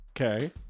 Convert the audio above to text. okay